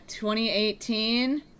2018